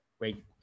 wait